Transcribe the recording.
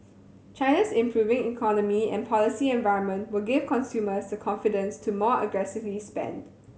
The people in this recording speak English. China's improving economy and policy environment will give consumers the confidence to more aggressively spend